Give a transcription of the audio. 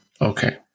Okay